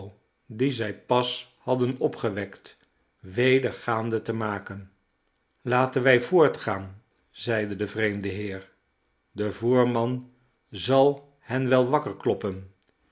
die zij pas hadden opgewekt weder gaande te maken laten wij voortgaan zeide de vreemde heer de voerman zal hen wel wakker kloppen